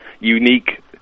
Unique